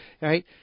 right